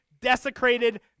desecrated